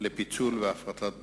לפיצול ולהפרטת בתי-הזיקוק.